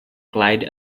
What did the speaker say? clyde